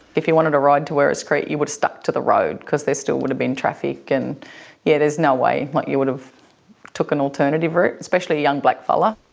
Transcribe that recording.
if you wanted to ride to werris creek you would stuck to the road because they still would have been traffic and yeah there's no way you would have took an alternative route. especially a young blackfella.